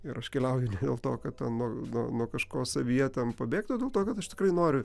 ir aš keliauju ne dėl to kad ten nuo nuo kažko savyje ten pabėgti o dėl to kad aš tikrai noriu